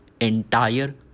entire